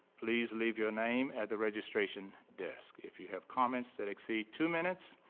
please leave your name at the registration desk. if you have comments that exceed two minutes,